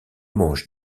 manches